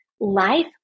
life